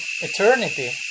eternity